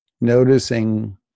noticing